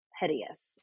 hideous